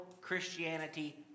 Christianity